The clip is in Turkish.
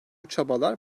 çabalar